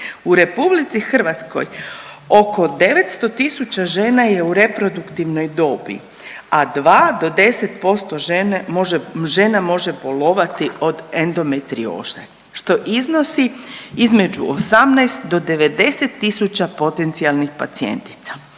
U RH oko 900 tisuća žena je u reproduktivnoj dobi, a 2 do 10% žena može bolovati od endometrioze što iznosi između 18 do 90 tisuća potencijalnih pacijentica.